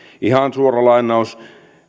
ihan suora lainaus